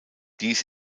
dies